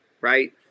right